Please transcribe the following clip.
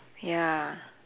ya